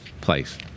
place